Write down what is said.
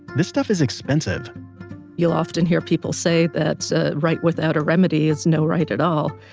this stuff is expensive you'll often hear people say that a right without a remedy is no right at all.